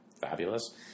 fabulous